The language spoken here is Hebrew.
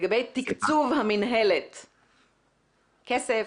למינהלת היה כסף,